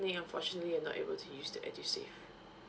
polytechnic unfortunately you are not able to use the edusave